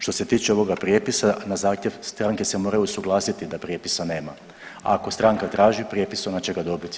Što se tiče ovoga prijepisa na zahtjev stranke se moraju usuglasiti da prijepisa nema, a ako stranka traži prijepis ona će ga dobiti.